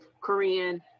Korean